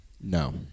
No